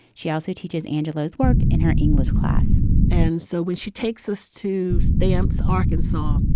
she also teaches angelo's work in her english class and so when she takes us to stamps arkansas,